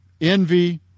envy